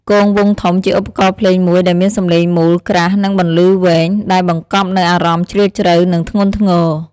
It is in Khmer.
គងវង់ធំ ជាឧបករណ៍ភ្លេងមួយដែលមានសំឡេងមូល ក្រាស់ និងបន្លឺវែង ដែលបង្កប់នូវអារម្មណ៍ជ្រាលជ្រៅ និងធ្ងន់ធ្ងរ។